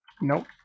Nope